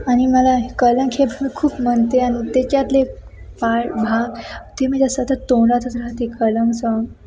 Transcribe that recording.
आणि मला कलंक हे मी खूप म्हणते आणि त्याच्यातले पाळ भाग ते माझ्या सतत तोंडातच राहते कलंक साँग